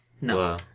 No